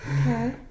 Okay